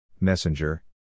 Messenger